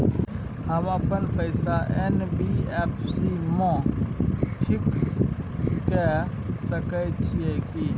हम अपन पैसा एन.बी.एफ.सी म फिक्स के सके छियै की?